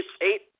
eight